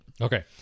Okay